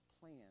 plan